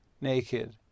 naked